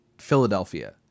Philadelphia